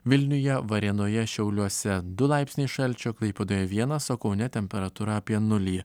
vilniuje varėnoje šiauliuose du laipsniai šalčio klaipėdoje vienas o kaune temperatūra apie nulį